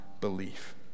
belief